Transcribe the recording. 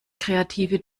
kreative